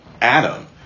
Adam